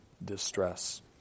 Distress